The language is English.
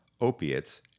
opiates